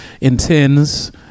intends